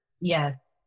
Yes